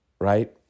right